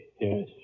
yes